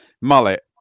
Mullet